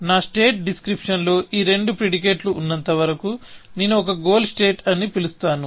నా స్టేట్ డిస్క్రిప్షన్లో ఈ రెండు ప్రిడికేట్లు ఉన్నంతవరకు నేను ఒక గోల్ స్టేట్ అని పిలుస్తాను